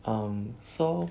um so